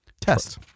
Test